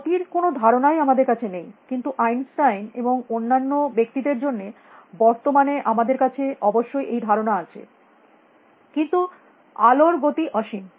গতির কোনো ধারণাই আমাদের কাছে নেই কিন্তু আইনস্টাইন এবং অন্যান্য ব্যক্তিদের জন্য বর্তমানে আমাদের কাছে অবশ্যই এই ধারণা আছে কিন্তু আলোর গতি সসীম